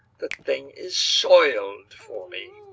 the thing is soiled for me.